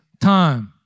time